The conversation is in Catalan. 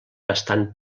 bastant